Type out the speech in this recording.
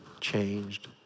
changed